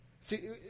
See